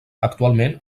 actualment